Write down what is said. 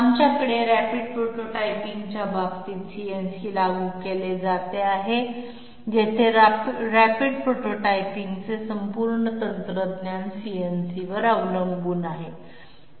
आमच्याकडे रॅपिड प्रोटोटाइपिंगच्या बाबतीत CNC लागू केले जात आहे जेथे रॅपिड प्रोटोटाइपिंगचे संपूर्ण तंत्रज्ञान CNC वर अवलंबून आहे